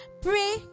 pray